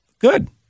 Good